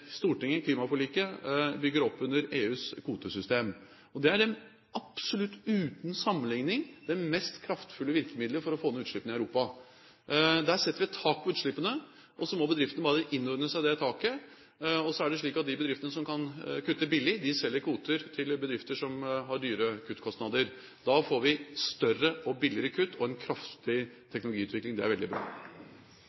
Stortinget i klimaforliket bygger opp under EUs kvotesystem. Det er absolutt – uten sammenligning – det mest kraftfulle virkemidlet for å få ned utslippene i Europa. Der setter vi et tak på utslippene, og så må bedriftene bare innordne seg det taket. Så er det slik at de bedriftene som kan kutte billig, selger kvoter til bedrifter som har dyre kuttkostnader. Da får vi større og billigere kutt og en kraftig